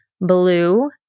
Blue